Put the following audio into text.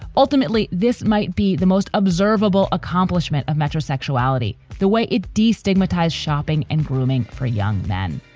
ultimately, this might be the most observable accomplishment of metro sexuality. the way it destigmatize shopping and grooming for young men.